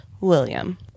William